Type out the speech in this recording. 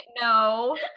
no